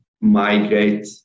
migrate